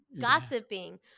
gossiping